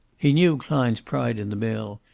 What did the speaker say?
he knew klein's pride in the mill,